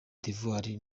d’ivoire